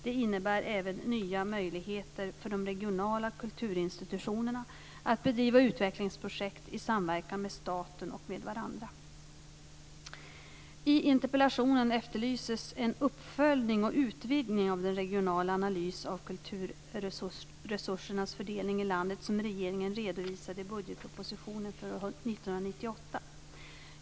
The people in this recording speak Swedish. Det innebär även nya möjligheter för de regionala kulturinstitutionerna att bedriva utvecklingsprojekt i samverkan med staten och med varandra. I interpellationen efterlyses en uppföljning och utvidgning av den regionala analys av kulturresursernas fördelning i landet som regeringen redovisade i budgetpropositionen för 1998.